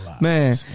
Man